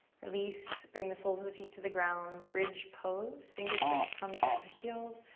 release, bring the soles of the feet to the ground. bridge pose. fingertips come towards the heels.